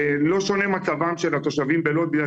לא שונה מצבם של התושבים בלוד בגלל